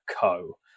Co